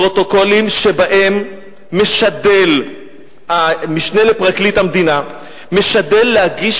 שבהם משדל המשנה לפרקליט המדינה להגיש